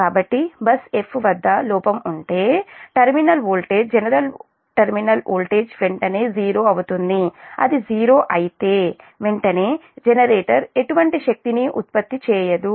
కాబట్టి bus 'F' వద్ద లోపం ఉంటే terminal voltage general terminal voltage వెంటనే '0' అవుతుంది అది '0' అయితే వెంటనే జనరేటర్ ఎటువంటి శక్తిని ఉత్పత్తి చేయదు